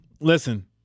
listen